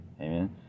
Amen